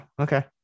okay